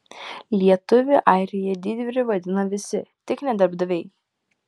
lietuvį airijoje didvyriu vadina visi tik ne darbdaviai